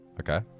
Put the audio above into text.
Okay